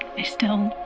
i still,